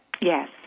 Yes